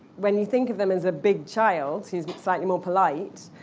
when you think of them as a big child, he's slightly more polite.